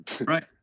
right